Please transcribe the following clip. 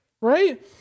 Right